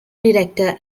director